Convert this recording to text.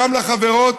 כאשר במלחמת השחרור,